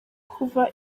kuva